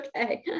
okay